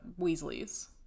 Weasleys